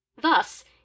Thus